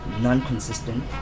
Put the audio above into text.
non-consistent